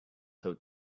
how